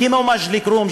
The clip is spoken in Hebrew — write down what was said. כמו מג'ד-אלכרום,